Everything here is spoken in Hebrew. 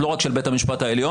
לא רק של בית המשפט העליון,